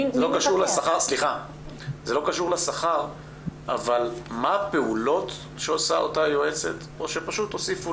זה לא קשור לשכר אבל מה הפעולות שעושה אותה היועצת או שפשוט הוסיפו